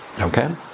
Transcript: Okay